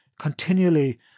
continually